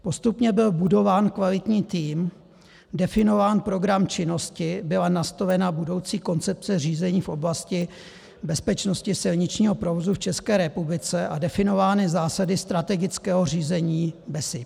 Postupně byl budován kvalitní tým, definován program činnosti, byla nastolena budoucí koncepce řízení v oblasti bezpečnosti silničního provozu v České republice a definovány zásady strategického řízení BESIP.